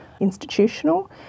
institutional